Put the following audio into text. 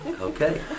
Okay